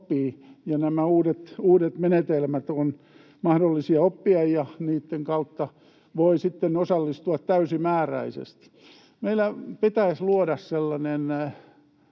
ja nämä uudet menetelmät on mahdollista oppia, ja niitten kautta voi sitten osallistua täysimääräisesti. Meillä pitäisi luoda sellainen